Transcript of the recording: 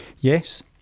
Yes